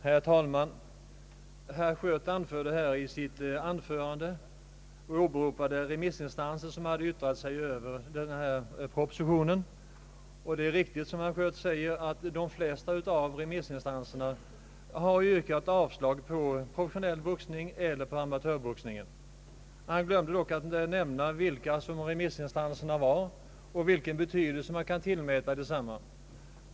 Herr talman! I sitt anförande åberopade herr Schött remissinstanser som yttrat sig över denna proposition. Det är riktigt som herr Schött säger att de flesta av remissinstanserna tillstyrkt förbudet mot professionell boxning eller amatörboxning. Han glömde dock att nämna vilka remissinstanserna var och vilken betydelse man kan tillmäta desamma.